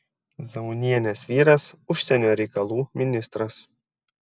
zaunienės vyras užsienio reikalų ministras